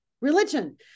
religion